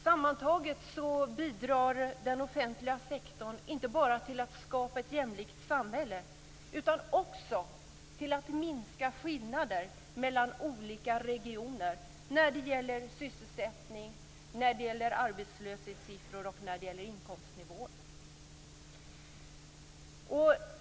Sammantaget bidrar den offentliga sektorn inte bara till att skapa ett jämlikt samhälle utan också till att minska skillnader mellan olika regioner när det gäller sysselsättning, arbetslöshetssiffror och inkomstnivåer.